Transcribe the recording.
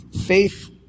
faith